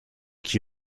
qui